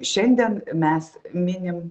šiandien mes minim